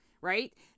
right